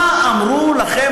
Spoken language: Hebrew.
מה אמרו לכם,